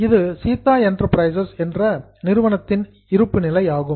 இது சீதா எண்டர்பிரைசஸ் என்ற நிறுவனத்தின் இருப்புநிலை ஆகும்